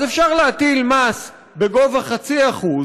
אז אפשר להטיל מס בגובה 0.5%